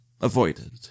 avoided